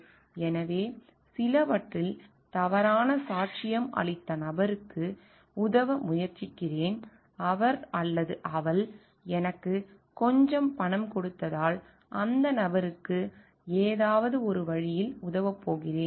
எனவே சிலவற்றில் தவறான சாட்சியம் அளித்த நபருக்கு உதவ முயற்சிக்கிறேன் அவர் அல்லது அவள் எனக்கு கொஞ்சம் பணம் கொடுத்ததால் அந்த நபருக்கு ஏதாவது ஒரு வழியில் உதவப் போகிறேன்